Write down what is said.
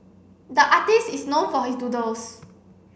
the artist is known for his doodles